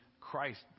Christ